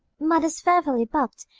mother's fearfully' bucked,